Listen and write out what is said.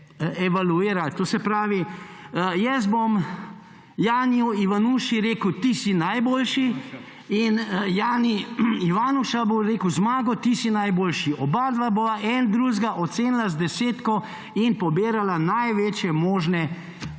to se pravi, jaz bom Janiju Ivánuši rekel, ti si najboljši, in Jani Ivánuša bo rekel, Zmago, ti si najboljši. Obadva bova en drugega ocenila z desetko in pobirala največje možne dobiti